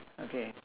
okay